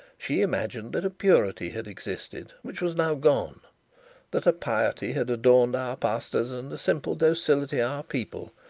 she imagined that a purity had existed which was now gone that a piety had adorned our pastors and a simple docility our people,